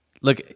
Look